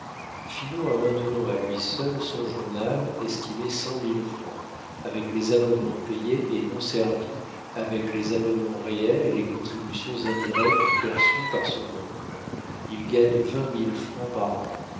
a maintenant à lui seul son journal estimé cent mille francs avec les abonnements payés et non servis avec les abonnements réels et les contributions indirectes perçues par son oncle il gagne vingt mille francs par an